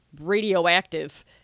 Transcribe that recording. radioactive